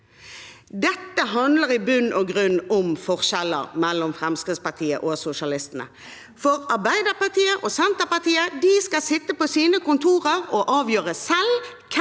Dette handler i bunn og grunn om forskjeller mellom Fremskrittspartiet og sosialistene, for Arbeiderpartiet og Senterpartiet skal sitte på sine kontorer og avgjøre selv